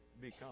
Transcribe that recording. become